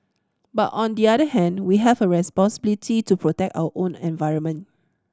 but on the other hand we have a responsibility to protect our own environment